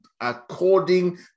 according